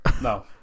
No